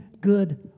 good